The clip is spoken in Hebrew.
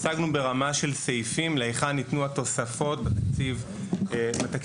הצגנו ברמה של סעיפים להיכן ניתנו התוספות בתקציב הנוכחי.